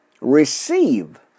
receive